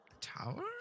tower